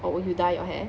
oh oh you dye your hair